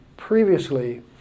Previously